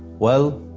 well,